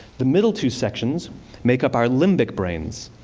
the middle two sections make up our limbic brains,